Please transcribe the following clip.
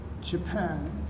Japan